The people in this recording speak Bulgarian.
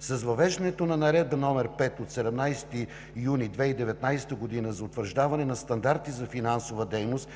С въвеждането на Наредба № 5 от 17 юни 2019 г. за утвърждаване на стандарти за финансова дейност,